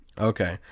okay